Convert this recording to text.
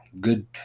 good